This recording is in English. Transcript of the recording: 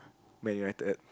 Man United